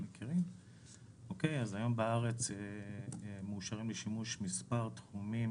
אז היום בארץ מאושרים לשימוש מספר תחומים